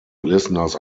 listeners